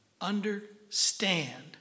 Understand